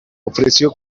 ofreció